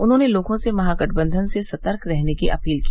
उन्होंने लोगों से महागठबंधन से सर्तक रहने की अपील की